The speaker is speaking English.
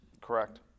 Correct